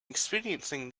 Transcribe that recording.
experiencing